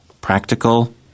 practical